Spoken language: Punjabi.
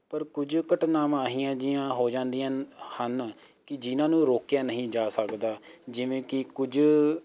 ਪਰ ਕੁਝ ਘਟਨਾਵਾਂ ਅਹੀਆਂ ਜਿਹੀਆਂ ਹੋ ਜਾਂਦੀਆਂ ਹਨ ਕਿ ਜਿਹਨਾਂ ਨੂੰ ਰੋਕਿਆ ਨਹੀਂ ਜਾ ਸਕਦਾ ਜਿਵੇਂ ਕਿ ਕੁਝ